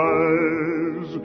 eyes